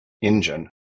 engine